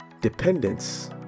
dependence